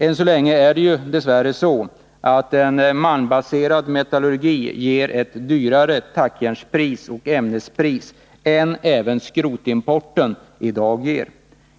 Än så länge är det ju dess värre så, att den malmbaserade metallurgin ger högre tackjärnspris och ämnespris än även skrotimporten i dag ger.